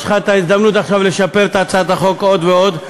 יש לך הזדמנות עכשיו לשפר את הצעת החוק עוד ועוד.